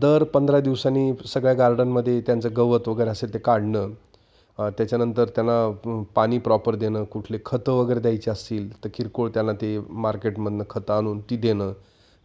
दर पंधरा दिवसांनी सगळ्या गार्डनमध्ये त्यांचं गवत वगैरे असेल ते काढणं त्याच्यानंतर त्यांना पाणी प्रॉपर देणं कुठले खतं वगैरे द्यायची असतील तर किरकोळ त्याला ते मार्केटमधून खतं आणून ती देणं